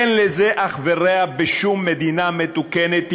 אין לזה אח ורע בשום מדינה מתוקנת.